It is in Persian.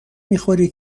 میخوری